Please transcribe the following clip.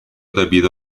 debido